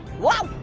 whoa,